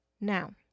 Now